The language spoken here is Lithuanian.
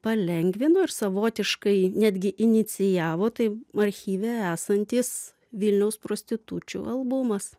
palengvino ir savotiškai netgi inicijavo tai archyve esantis vilniaus prostitučių albumas